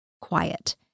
quiet